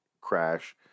crash